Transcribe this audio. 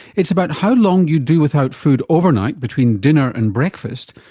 it's about how long you do without food overnight between dinner and breakfast,